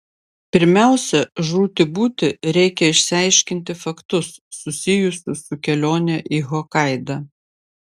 pirmiausia žūti būti reikia išaiškinti faktus susijusius su kelione į hokaidą